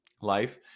life